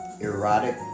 erotic